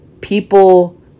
people